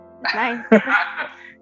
nice